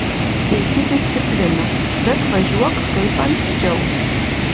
puiki disciplina bet važiuok kaip anksčiau